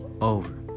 Over